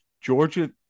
Georgia